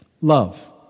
love